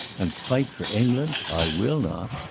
and fight for england? i will not.